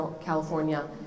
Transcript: California